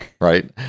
Right